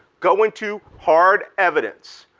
go into hard evidence.